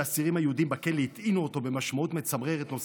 שהאסירים היהודים בכלא הטעינו אותו במשמעות מצמררת נוספת,